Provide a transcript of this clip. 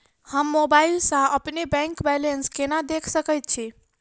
हम मोबाइल सा अपने बैंक बैलेंस केना देख सकैत छी?